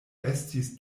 estis